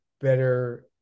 better